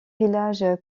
village